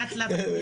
לאט לאט.